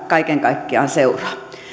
kaiken kaikkiaan seuraa